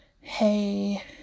Hey